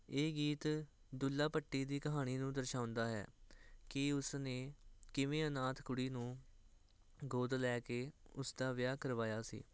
ਇਹ ਗੀਤ ਦੁੱਲਾ ਭੱਟੀ ਦੀ ਕਹਾਣੀ ਨੂੰ ਦਰਸਾਉਂਦਾ ਹੈ ਕਿ ਉਸਨੇ ਕਿਵੇਂ ਅਨਾਥ ਕੁੜੀ ਨੂੰ ਗੋਦ ਲੈ ਕੇ ਉਸ ਦਾ ਵਿਆਹ ਕਰਵਾਇਆ ਸੀ